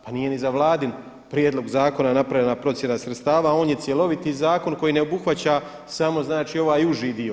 Pa nije ni za Vladin prijedlog zakona napravljena procjena sredstava, on je cjeloviti zakon koji ne obuhvaća samo znači ovaj uži dio.